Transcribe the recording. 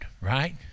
right